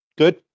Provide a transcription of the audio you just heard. good